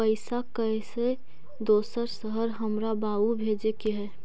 पैसा कैसै दोसर शहर हमरा बाबू भेजे के है?